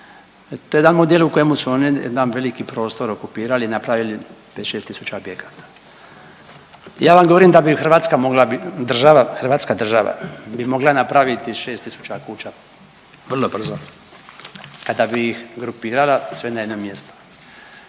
To je jedan model u kojemu su oni jedan veliki prostor okupirali, napravili 5, 6 tisuća objekata. Ja vam govorim da bi Hrvatska mogla, hrvatska država bi mogla napraviti 6 tisuća kuća vrlo brzo kada bi ih grupirala sve na jednom mjestu,